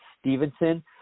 Stevenson